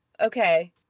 okay